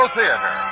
Theater